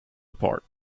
apart